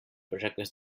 projectes